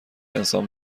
انسان